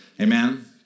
Amen